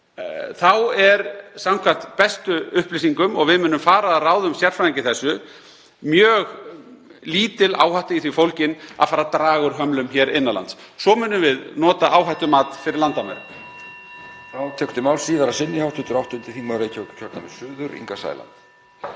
er samkvæmt bestu upplýsingum, og við munum fara að ráðum sérfræðinga í þessu, mjög lítil áhætta í því fólgin að fara að draga úr hömlum hér innan lands. Svo munum við nota áhættumat fyrir landamærin.